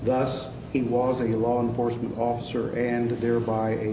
thus he was a law enforcement officer and thereby